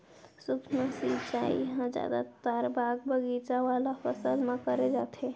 सूक्ष्म सिंचई ह जादातर बाग बगीचा वाला फसल म करे जाथे